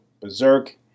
berserk